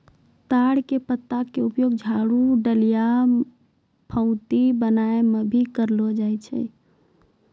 ताड़ के पत्ता के उपयोग झाड़ू, डलिया, पऊंती बनाय म भी करलो जाय छै